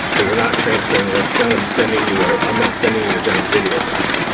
but we're not transferring like so i'm sending you ah i'm not sending you a giant video file.